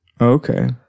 Okay